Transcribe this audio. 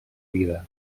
vida